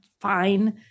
fine